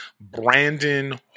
brandon